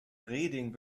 reding